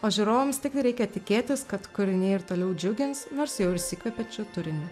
o žiūrovams tiktai reikia tikėtis kad kūriniai ir toliau džiugins nors jau ir išsikvepiančiu turiniu